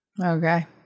Okay